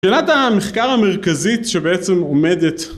שאלת המחקר המרכזית שבעצם עומדת